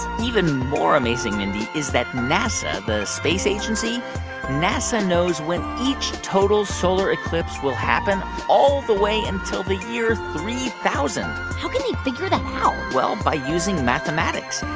even more amazing, mindy, is that nasa, the space agency nasa knows when each total solar eclipse will happen all the way until the year three thousand point how can they figure that out? well, by using mathematics.